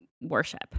worship